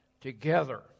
together